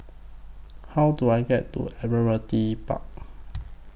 How Do I get to Admiralty Park